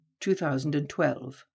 2012